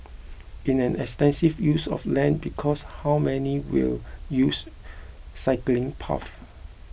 it's an extensive use of land because how many will use cycling paths